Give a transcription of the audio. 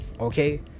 Okay